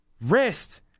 Rest